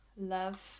Love